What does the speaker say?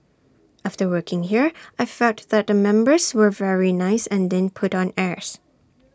after working here I felt that the members were very nice and didn't put on airs